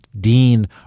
Dean